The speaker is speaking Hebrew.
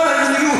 כל המדיניות,